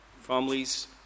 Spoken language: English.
families